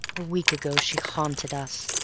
a week ago she haunted us,